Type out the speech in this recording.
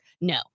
No